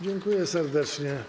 Dziękuję serdecznie.